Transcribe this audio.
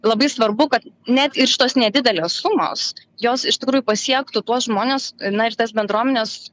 labai svarbu kad net ir šitos nedidelės sumos jos iš tikrųjų pasiektų tuos žmones na ir tas bendruomenes